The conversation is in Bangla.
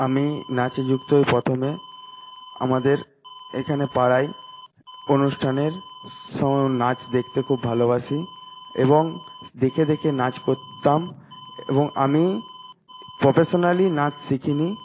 আমি নাচে যুক্ত হই প্রথমে আমাদের এখানে পাড়ায় অনুষ্ঠানের নাচ দেখতে খুব ভালোবাসি এবং দেখে দেখে নাচ করতাম এবং আমি প্রফেশনালি নাচ শিখিনি